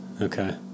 Okay